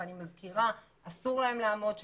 ואני מזכירה שאסור להם לעמוד בם,